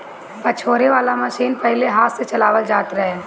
पछोरे वाला मशीन पहिले हाथ से चलावल जात रहे